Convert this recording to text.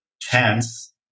chance